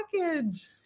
package